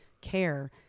care